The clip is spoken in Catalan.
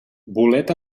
bolet